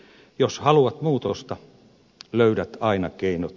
jos haluat muutosta löydät aina keinot